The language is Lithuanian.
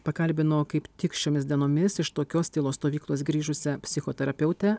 pakalbino kaip tik šiomis dienomis iš tokios tylos stovyklos grįžusią psichoterapeutę